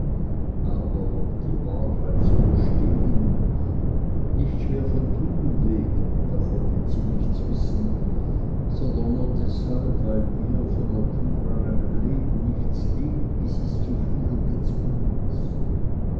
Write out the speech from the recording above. aber die wahrheit zu gestehen nicht schwer von tugend wegen davon will sie nichts wissen sondern nur deshalb weil ihr von natur an einem leben nichts liegt wie sie's zu führen gezwungen ist